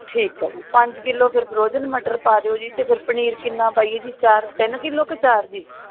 ਠੀਕ ਹੈ ਜੀ ਪੰਜ ਕਿਲੋ ਫਿਰ ਫਰੋਜਨ ਮਟਰ ਪਾ ਦਿਓ ਜੀ ਅਤੇ ਫਿਰ ਪਨੀਰ ਕਿੰਨਾ ਪਾਈਏ ਜੀ ਚਾਰ ਤਿੰਨ ਕਿਲੋ ਕੇ ਚਾਰ ਜੀ